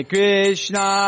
Krishna